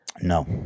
No